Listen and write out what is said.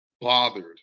bothered